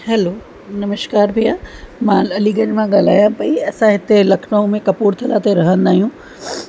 hello नमस्कार भैया मां अलीगंज मां ॻाल्हायां पई असां हिते लखनऊ में कपूरथला ते रहंदा आहियूं